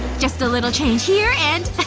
just a little change here and,